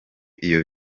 iyo